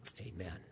Amen